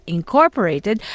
Incorporated